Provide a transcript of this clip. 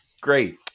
Great